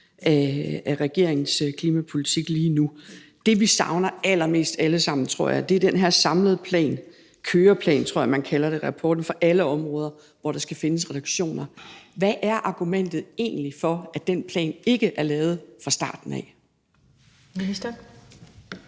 af regeringens klimapolitik lige nu. Det, vi savner allermest alle sammen, tror jeg, er den her samlede plan, køreplan tror jeg man kalder det i rapporten, for alle områder, hvor der skal findes reduktioner. Hvad er argumentet egentlig for, at den plan ikke er lavet fra starten af? Kl.